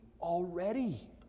already